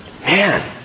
Man